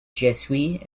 jesuit